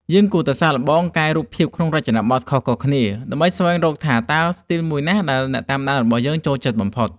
យើងគួរតែសាកល្បងកែរូបភាពក្នុងរចនាបថខុសៗគ្នាដើម្បីស្វែងរកមើលថាតើស្ទីលមួយណាដែលអ្នកតាមដានរបស់យើងចូលចិត្តបំផុត។